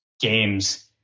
games